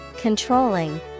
controlling